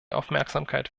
aufmerksamkeit